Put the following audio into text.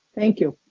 thank you.